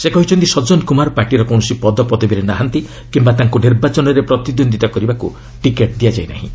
ସେ କହିଛନ୍ତି ସଜନ କୁମାର ପାର୍ଟିର କୌଣସି ପଦପଦବୀରେ ନାହାନ୍ତି କିମ୍ବା ତାଙ୍କୁ ନିର୍ବାଚନରେ ପ୍ରତିଦୃନ୍ଦିତା କରିବାକୁ ଟିକେଟ୍ ଦିଆଯାଇ ନାହିଁ